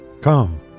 come